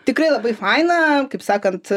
tikrai labai faina kaip sakant